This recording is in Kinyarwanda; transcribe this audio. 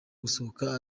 gusohoka